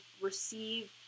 receive